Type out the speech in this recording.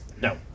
No